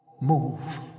Move